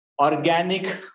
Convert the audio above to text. organic